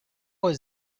was